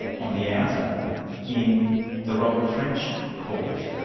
on the outer in the robert french court.